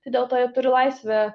tai dėl to jie turi laisvę